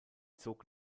zog